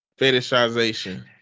fetishization